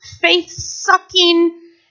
faith-sucking